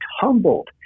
tumbled